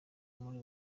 muri